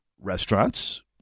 restaurants